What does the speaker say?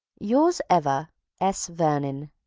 yours ever, s. vernon.